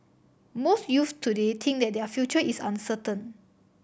most youths today think that their future is uncertain